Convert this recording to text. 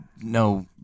no